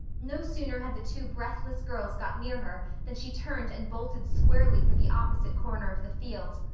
no sooner had the two breathless girls got near her than she turned and bolted squarely for the opposite corner of the field.